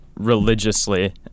religiously